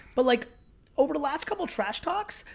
but like over the last couple trash talks,